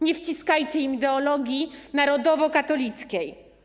Nie wciskajcie im ideologii narodowo-katolickiej.